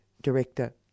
director